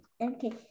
Okay